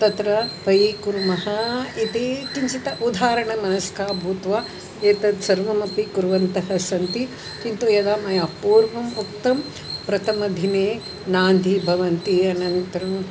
तत्र व्ययीकुर्मः इति किञ्चित् उदारमनस्काः भूत्वा एतत् सर्वमपि कुर्वन्तः सन्ति किन्तु यदा मया पूर्वम् उक्तं प्रथमदिने नान्दी भवति अनन्तरम्